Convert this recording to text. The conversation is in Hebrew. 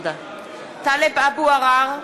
טלב אבו עראר,